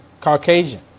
Caucasian